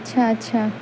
اچھا اچھا